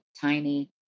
tiny